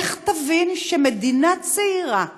לך תבין שבמדינה צעירה,